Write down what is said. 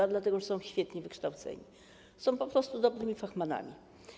A dlatego że są świetnie wykształceni, są po prostu dobrymi fachmanami.